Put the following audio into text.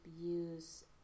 use